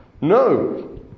no